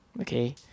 Okay